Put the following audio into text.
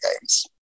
games